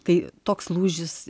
kai toks lūžis